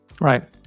Right